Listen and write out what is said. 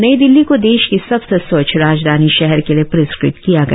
नई दिल्ली को देश की सबसे स्वच्छ राजधानी शहर के लिए प्रस्कृत किया गया